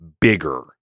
bigger